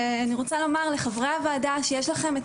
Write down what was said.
אני רוצה לומר לחברי הוועדה שיש לכם את